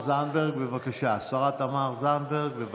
השרה תמר זנדברג, בבקשה.